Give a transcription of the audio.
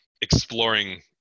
exploring